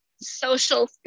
social